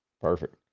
Perfect